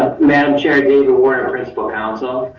madam chair, david warner, principle council.